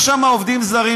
יש שם עובדים זרים,